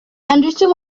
henderson